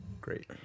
Great